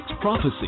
prophecy